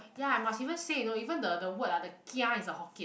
ya I must even say you know even the the word ah the kia is a hokkien